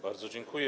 Bardzo dziękuję.